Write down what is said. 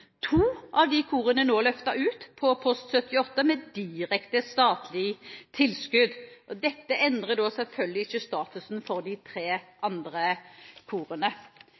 To av disse korene er nå løftet ut og flyttet til post 78, med direkte statlig tilskudd. Dette endrer selvfølgelig ikke statusen til de tre andre korene.